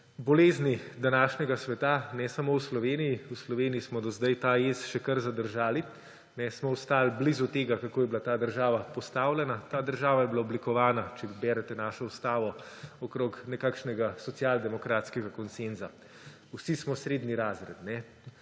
bolezni današnjega sveta, ne samo v Sloveniji. V Sloveniji smo do zdaj ta jez še kar zadržali, smo ostali blizu tega, kakor je bila ta država postavljena. Ta država je bila oblikovana, če berete našo ustavo, okrog nekakšnega socialdemokratskega konsenza. Vsi smo srednji razred,